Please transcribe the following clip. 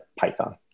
Python